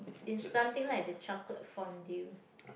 is something like the chocolate fondue